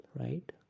right